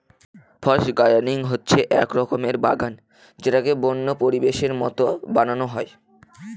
forest gardening হচ্ছে এক রকমের বাগান যেটাকে বন্য পরিবেশের মতো বানানো হয়